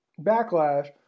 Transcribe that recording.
Backlash